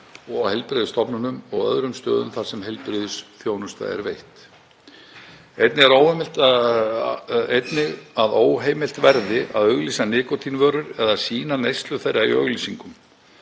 og á heilbrigðisstofnunum og á öðrum stöðum þar sem heilbrigðisþjónusta er veitt. Einnig að óheimilt verði að auglýsa nikótínvörur eða sýna neyslu þeirra í auglýsingum.